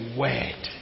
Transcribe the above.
word